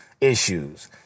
issues